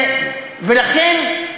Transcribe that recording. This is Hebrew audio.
ולכן,